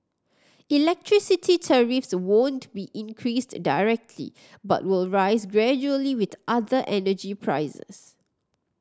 electricity tariffs won't be increased directly but will rise gradually with other energy prices